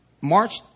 March